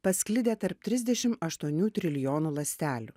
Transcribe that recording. pasklidę tarp trisdešim aštuonių trilijonų ląstelių